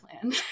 plan